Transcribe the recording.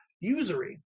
Usury